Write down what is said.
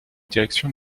direction